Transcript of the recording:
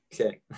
Okay